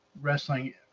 wrestling